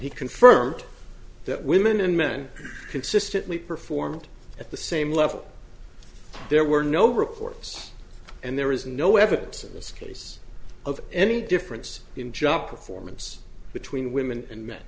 he confirmed that women and men consistently performed at the same level there were no reports and there is no evidence in this case of any difference in job performance between women and men